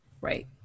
Right